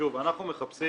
שוב, אנחנו מחפשים